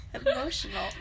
emotional